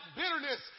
bitterness